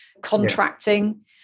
contracting